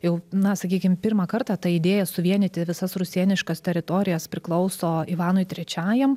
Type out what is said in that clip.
jau na sakykim pirmą kartą ta idėja suvienyti visas rusėniškas teritorijas priklauso ivanui trečiajam